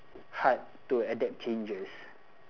hard to adapt changes